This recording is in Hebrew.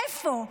איפה?